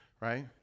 right